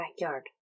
backyard